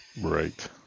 Right